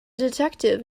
detective